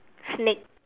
snake